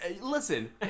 Listen